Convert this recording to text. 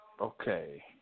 Okay